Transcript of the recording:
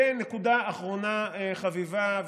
ונקודה אחרונה חביבה,